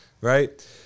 right